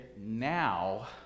now